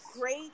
great